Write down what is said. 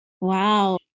Wow